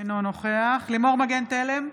אינו נוכח לימור מגן תלם,